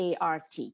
ART